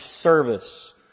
service